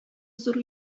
зур